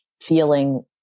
feeling